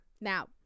Now